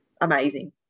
Amazing